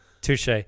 Touche